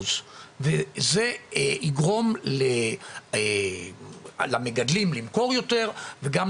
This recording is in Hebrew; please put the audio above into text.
וזה מה שיגרום למגדלים למכור יותר וגם